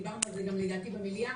דיברנו על זה לדעתי גם במליאה.